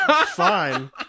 fine